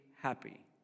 happy